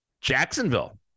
Jacksonville